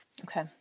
Okay